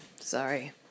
Sorry